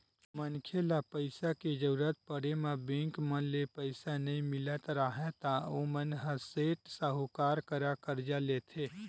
जब मनखे ल पइसा के जरुरत पड़े म बेंक मन ले पइसा नइ मिलत राहय ता ओमन ह सेठ, साहूकार करा करजा लेथे